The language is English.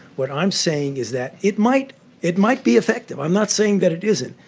what i'm saying is that it might it might be effective. i'm not saying that it isn't.